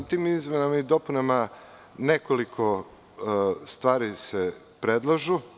U tim izmenama i dopunama nekoliko stvari se predlaže.